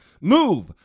move